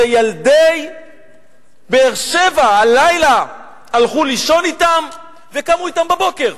שילדי באר-שבע הלילה הלכו לישון אתם וקמו אתם בבוקר,